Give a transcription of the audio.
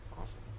Awesome